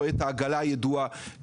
רואה את העגלה הידועה,